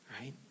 Right